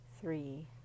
three